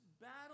battle